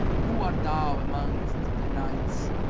who art thou amongst the knights?